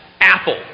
Apple